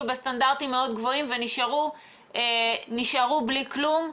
בסטנדרטים די גבוהים ונשארו בלי כלום.